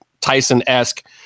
Tyson-esque